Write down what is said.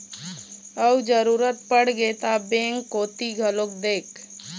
अउ जरुरत पड़गे ता बेंक कोती घलोक देख